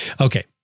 Okay